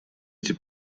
эти